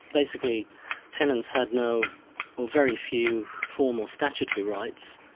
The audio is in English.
basically tenants had no very few formal statutory rights.